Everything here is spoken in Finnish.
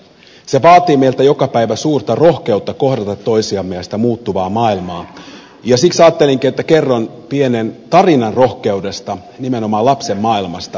se vaatii meiltä joka päivä suurta rohkeutta kohdata toisiamme ja sitä muuttuvaa maailmaa ja siksi ajattelinkin että kerron pienen tarinan rohkeudesta nimenomaan lapsen maailmasta